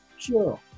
sure